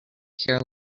care